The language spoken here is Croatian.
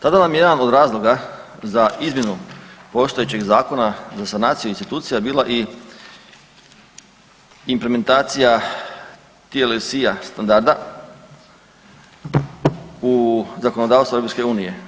Ta, tada vam je jedan od razloga za izmjenu postojećeg Zakona za sanaciju institucija bila i implementacija TLS standarda u zakonodavstvu EU.